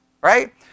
right